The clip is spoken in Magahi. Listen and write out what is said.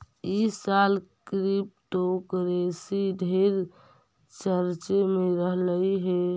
ई साल क्रिप्टोकरेंसी ढेर चर्चे में रहलई हे